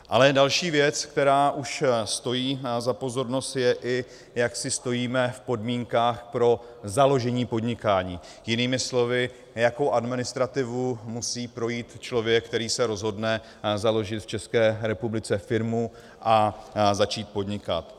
Ale další věc, která už stojí za pozornost, je, i jak si stojíme v podmínkách pro založení podnikání, jinými slovy, jakou administrativou musí projít člověk, který se rozhodne založit v České republice firmu a začít podnikat.